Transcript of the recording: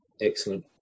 excellent